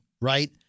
right